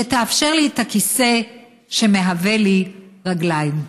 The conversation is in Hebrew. שתאפשר לי את הכיסא שמהווה לי רגליים.